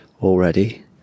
already